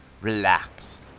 relax